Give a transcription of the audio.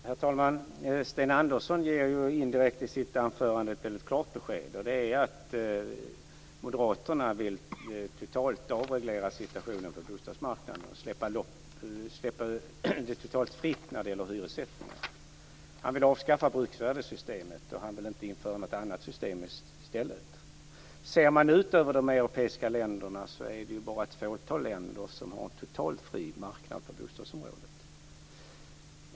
Herr talman! Sten Andersson ger ju indirekt i sitt anförande ett väldigt klart besked. Det är att Moderaterna totalt vill avreglera situationen på bostadsmarknaden. De vill släppa det totalt fritt när det gäller hyressättningen. Han vill avskaffa bruksvärdessystemet och han vill inte införa något annat system i stället. Ser man ut över de europeiska länderna är det bara ett fåtal länder som har en totalt fri marknad på bostadsområdet.